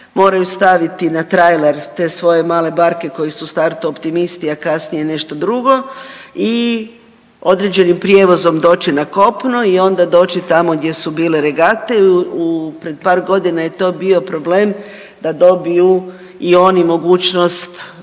moraju staviti na trailer te svoje male barke koje su u startu optimisti, a kasnije nešto drugo i određenim prijevozom doći na kopno i onda doći tamo gdje su bile regate. Pred par godina je to bio problem da dobiju i oni mogućnost